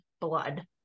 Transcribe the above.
blood